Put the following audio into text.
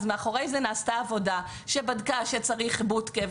מאחורי זה נעשתה עבודה שבדקה שצריך בוטקה,